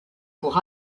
pour